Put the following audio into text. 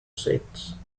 seats